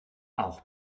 auch